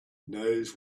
knows